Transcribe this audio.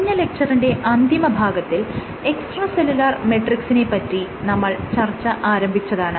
കഴിഞ്ഞ ലെക്ച്ചറിന്റെ അന്തിമ ഭാഗത്തിൽ എക്സ്ട്രാ സെല്ലുലാർ മെട്രിക്സിനെ പറ്റി നമ്മൾ ചർച്ച ആരംഭിച്ചിതാണ്